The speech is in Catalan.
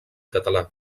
català